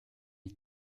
ich